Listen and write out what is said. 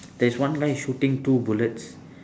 there's one guy shooting two bullets